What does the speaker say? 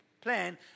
plan